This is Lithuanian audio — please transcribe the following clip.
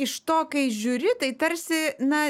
iš to kai žiūri tai tarsi na